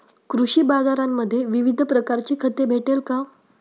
कृषी बाजारांमध्ये विविध प्रकारची खते भेटेल का?